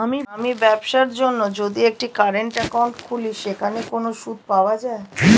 আমি ব্যবসার জন্য যদি একটি কারেন্ট একাউন্ট খুলি সেখানে কোনো সুদ পাওয়া যায়?